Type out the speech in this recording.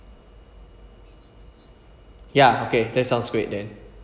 ya okay that sounds great then